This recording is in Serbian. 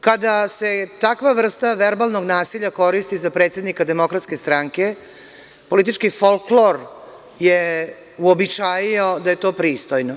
Kada se takva vrsta verbalnog nasilja koristi za predsednika DS, politički folklor je uobičajio da je to pristojno.